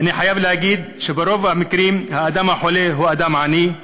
אני חייב להגיד שברוב המקרים האדם החולה הוא אדם עני,